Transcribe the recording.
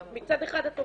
מצד אחד את אומרת,